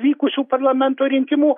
vykusių parlamento rinkimų